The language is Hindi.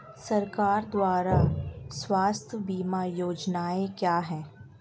सरकार द्वारा स्वास्थ्य बीमा योजनाएं क्या हैं?